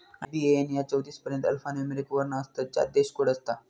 IBAN यात चौतीस पर्यंत अल्फान्यूमोरिक वर्ण असतत ज्यात देश कोड असता